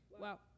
Wow